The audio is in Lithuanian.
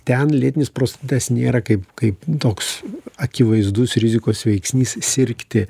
ten lėtinis prostatitas nėra kaip kaip toks akivaizdus rizikos veiksnys sirgti